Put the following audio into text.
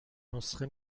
نسخه